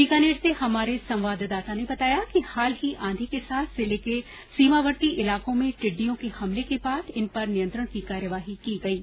बीकानेर से हमारे संवाददाता ने बताया कि हाल ही आंधी के साथ जिले के सीमावर्ती इलाकों में टिड्डियों के हमले के बाद इन पर नियंत्रण की कार्यवाही की गयी